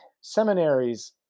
seminaries